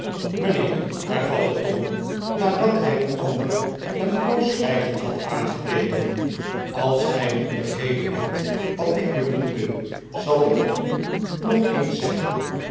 mijnheer hervatte tom nadat hij den ander een poos zwijgend had aangekeken als gij niet begrepen hebt wat ik bedoelde zal ik het u nog eehs zeggen